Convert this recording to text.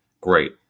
Great